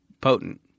potent